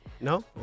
No